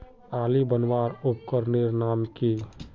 आली बनवार उपकरनेर नाम की?